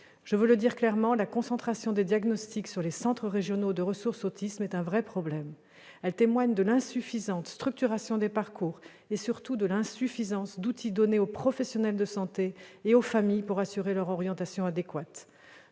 Je veux le dire clairement, la concentration des diagnostics sur les centres régionaux de ressources autisme est un vrai problème. Elle témoigne de l'insuffisance de la structuration des parcours et, surtout, de celle des outils donnés aux professionnels de santé et aux familles pour assurer une orientation adéquate.